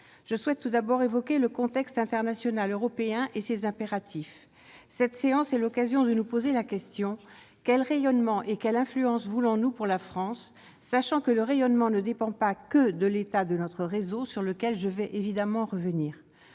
Je souhaite tout d'abord évoquer le contexte international, européen et ses impératifs. Cette séance est l'occasion de nous poser la question :« quel rayonnement et quelle influence voulons-nous pour la France ?», sachant que le rayonnement ne dépend pas que de l'état de notre réseau, sur lequel je vais évidemment revenir.